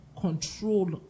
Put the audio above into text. control